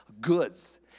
goods